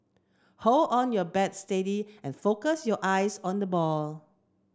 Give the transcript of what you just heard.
hold on your bat steady and focus your eyes on the ball